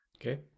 Okay